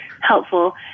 helpful